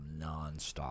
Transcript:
nonstop